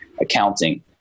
accounting